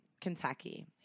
Kentucky